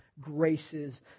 graces